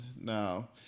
now